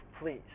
Please